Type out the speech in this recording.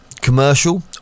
commercial